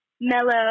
Mellow